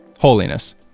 Holiness